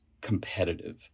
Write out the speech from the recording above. competitive